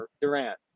Durant